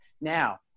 Now